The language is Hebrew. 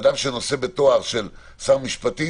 אדם שנושא בתואר של שר משפטים,